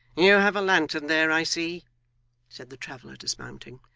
you have a lantern there, i see said the traveller dismounting,